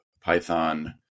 Python